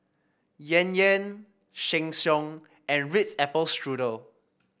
Yan Yan Sheng Siong and Ritz Apple Strudel